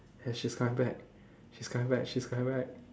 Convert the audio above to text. hey she's coming back she's coming back she's coming back